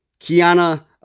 Kiana